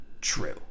true